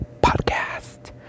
Podcast